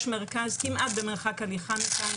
יש מרכז כמעט במרחק הליכה מכאן,